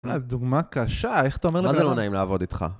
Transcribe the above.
דוגמה קשה, איך אתה אומר ל.. מה זה לא נעים לעבוד איתך